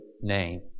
name